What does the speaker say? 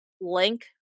link